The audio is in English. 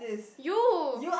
you